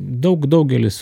daug daugelis